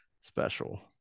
special